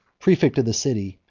praefect of the city,